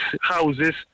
houses